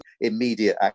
immediate